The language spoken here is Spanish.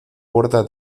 puerta